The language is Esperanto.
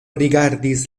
rigardis